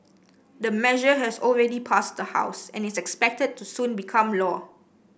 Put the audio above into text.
the measure has already passed the House and is expected to soon become law